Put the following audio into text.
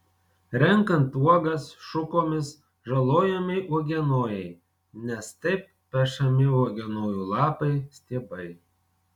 renkant uogas šukomis žalojami uogienojai nes taip pešami uogienojų lapai stiebai